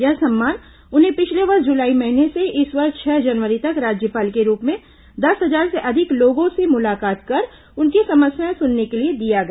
यह सम्मान उन्हें पिछले वर्ष जुलाई महीने से इस वर्ष छह जनवरी तक राज्यपाल के रूप में दस हजार से अधिक लोगों से मुलाकात कर उनकी समस्याएं सुनने के लिए दिया गया